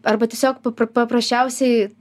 arba tiesiog papra paprasčiausiai